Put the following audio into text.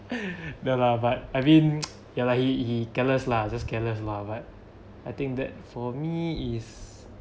no lah but I mean ya lah he he careless lah just careless lah but I think that for me is